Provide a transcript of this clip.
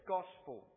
Gospel